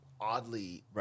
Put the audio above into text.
oddly